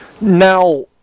Now